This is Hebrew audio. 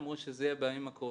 הם אמרו שזה יהיה בימים הקרובים,